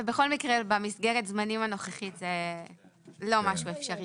בכל מקרה במסגרת זמנים הנוכחית זה לא משהו אפשרי.